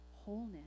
wholeness